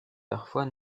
parfois